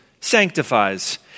sanctifies